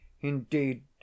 indeed